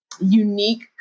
unique